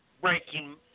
breaking